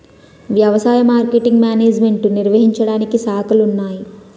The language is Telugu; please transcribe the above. వ్యవసాయ మార్కెటింగ్ మేనేజ్మెంటు నిర్వహించడానికి శాఖలున్నాయి